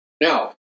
Now